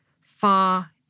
far